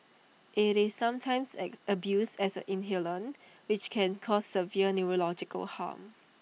IT is sometimes abused as an inhalant which can cause severe neurological harm